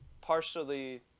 partially